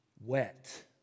wet